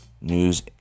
news